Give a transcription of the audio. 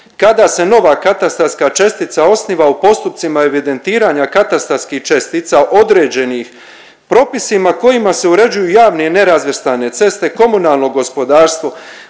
kada se nova katastarska čestica osniva u postupcima evidentiranja katastarskih čestica određenih propisima kojima se uređuju javne i nerazvrstane ceste, komunalno gospodarstvo,